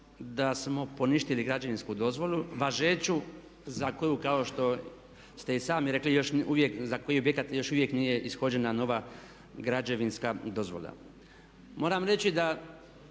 da smo poništili građevinsku dozvolu, važeću za koju kao što ste i sami rekli još uvijek za koji objekat još uvijek nije ishođena nova građevinska dozvola. Moram reći da